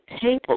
table